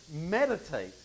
meditate